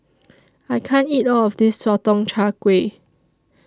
I can't eat All of This Sotong Char Kway